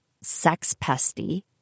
sex-pesty